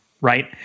right